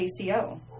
ACO